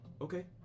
Okay